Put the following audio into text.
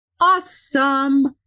awesome